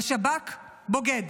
השב"כ בוגד.